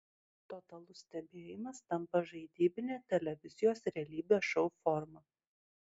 totalus stebėjimas tampa žaidybine televizijos realybės šou forma